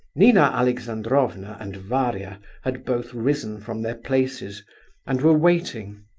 nina alexandrovna and varia had both risen from their places and were waiting,